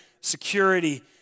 security